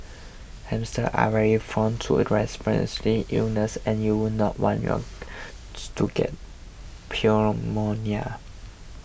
hamsters are very from to the illnesses and you would not want yours to get